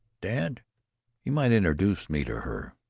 dad, you might introduce me to her.